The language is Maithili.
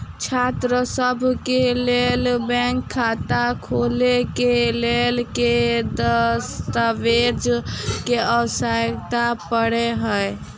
छात्रसभ केँ लेल बैंक खाता खोले केँ लेल केँ दस्तावेज केँ आवश्यकता पड़े हय?